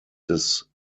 des